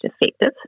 effective